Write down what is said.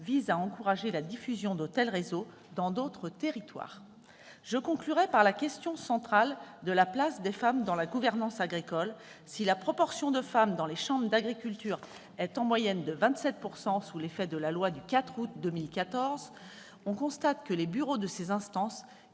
vise à encourager la diffusion de tels réseaux dans d'autres territoires. Je conclurai par la question centrale de la place des femmes dans la gouvernance agricole. Si la proportion de femmes dans les chambres d'agriculture est en moyenne de 27 % sous l'effet de la loi du 4 août 2014, on constate que les bureaux de ces instances-